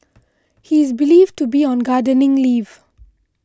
he is believed to be on gardening leave